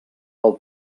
del